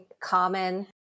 common